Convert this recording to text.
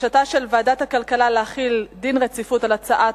ועדת הכלכלה על רצונה להחיל דין רציפות על הצעת